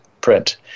print